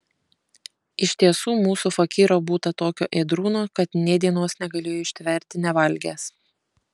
iš tiesų mūsų fakyro būta tokio ėdrūno kad nė dienos negalėjo ištverti nevalgęs